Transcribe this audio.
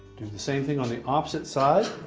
do the same thing on the opposite side.